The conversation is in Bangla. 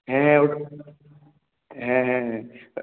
হ্যাঁ হ্যাঁ হ্যাঁ হ্যাঁ হ্যাঁ